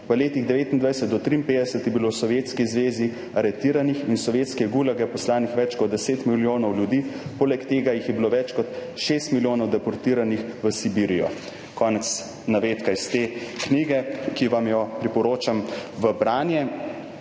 V letih 1929 do 1953 je bilo v Sovjetski zvezi aretiranih in v sovjetske gulage poslanih več kot 10 milijonov ljudi, poleg tega jih je bilo več kot 6 milijonov deportiranih v Sibirijo.« Konec navedka iz te knjige / pokaže zboru/, ki vam jo priporočam v branje.